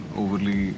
overly